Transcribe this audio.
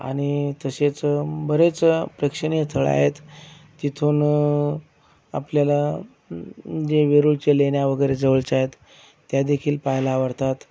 आणि तसेच बरेच प्रेक्षणीय स्थळं आहेत तिथून आपल्याला जे वेरूळचे लेण्या वगैरे जवळच्या आहेत त्यादेखील पहायला आवडतात